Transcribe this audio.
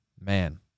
man